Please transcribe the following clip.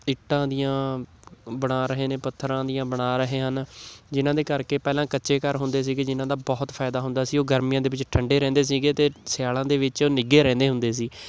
ਇੱਟਾਂ ਦੀਆਂ ਬਣਾ ਰਹੇ ਨੇ ਪੱਥਰਾਂ ਦੀਆਂ ਬਣਾ ਰਹੇ ਹਨ ਜਿਹਨਾਂ ਦੇ ਕਰਕੇ ਪਹਿਲਾਂ ਕੱਚੇ ਘਰ ਹੁੰਦੇ ਸੀਗੇ ਜਿਹਨਾਂ ਦਾ ਬਹੁਤ ਫਾਇਦਾ ਹੁੰਦਾ ਸੀ ਉਹ ਗਰਮੀਆਂ ਦੇ ਵਿੱਚ ਠੰਡੇ ਰਹਿੰਦੇ ਸੀਗੇ ਅਤੇ ਸਿਆਲਾਂ ਦੇ ਵਿੱਚ ਨਿੱਘੇ ਰਹਿੰਦੇ ਹੁੰਦੇ ਸੀ